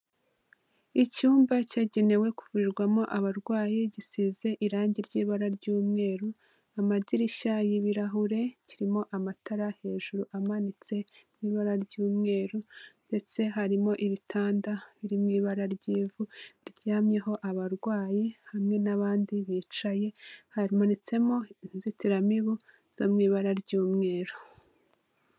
Icyumba cyagenewe kuvurirwamo abarwayi gisize irangi ry'ibara ry'umweru, amadirishya y'ibirahure, kirimo amatara hejuru amanitse n'ibara ry'umweru, ndetse harimo ibitanda biri mu ibara ry'ivu riryamyeho abarwayi hamwe n'abandi bicaye, hamanitsemo inzitiramibu zo mu ibara ry'umweru.